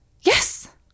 Yes